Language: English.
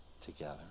together